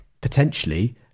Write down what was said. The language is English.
potentially